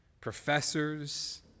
professors